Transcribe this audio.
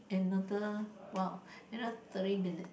another while another thirty minutes